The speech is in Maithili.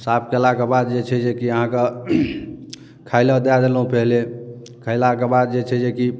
साफ कयलाके बाद जे छै जे की अहाँके खाय लए दए देलहुँ पहिले खेलाके बाद जे छै जे की